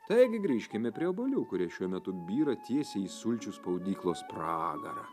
taigi grįžkime prie obuolių kurie šiuo metu byra tiesiai į sulčių spaudyklos pragarą